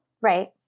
Right